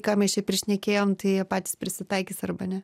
ką mes čia prišnekėjom tai jie patys prisitaikys arba ne